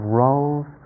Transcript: roles